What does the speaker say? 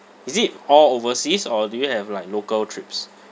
is it all overseas or do you have like local trips